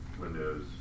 Windows